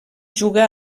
juga